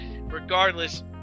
regardless